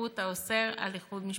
האזרחות האוסר איחוד משפחות.